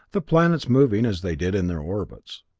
the planets moving as they did in their orbits.